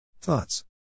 Thoughts